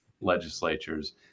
legislatures